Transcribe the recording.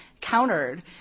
countered